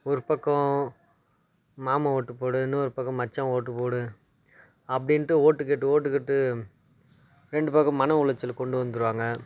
ஒரு பக்கம் மாமா ஓட்டு போடு இன்னொரு பக்கம் மச்சான் ஓட்டு போடு அப்படின்ட்டு ஓட்டு கேட்டு ஓட்டு கேட்டு ரெண்டு பக்கம் மன உளைச்சலுக்கு கொண்டு வந்துடுவாங்க